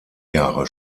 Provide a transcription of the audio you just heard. jahre